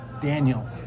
Daniel